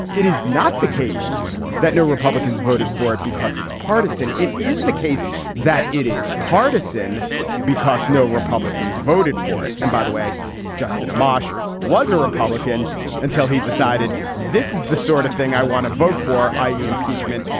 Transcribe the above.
it is not the case that no republicans voted for it because it's partisan it is the case that it is partisan because no republicans republicans voted for it. and by the way justin amash was a republican until he decided this is the sort of thing i want to vote for i e. impeachment.